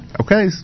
okay